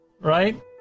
right